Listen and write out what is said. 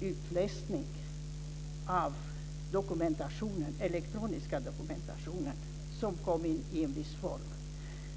utläsning av den elektroniska dokumentation som kom in i en viss form.